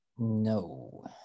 No